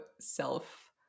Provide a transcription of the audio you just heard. self